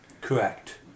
correct